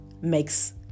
makes